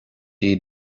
iad